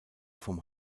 vom